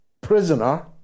prisoner